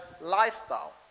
lifestyle